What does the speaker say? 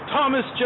Thomas